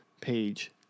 page